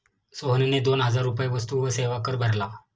सोहनने दोन हजार रुपये वस्तू व सेवा कर भरला